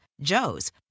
Joe's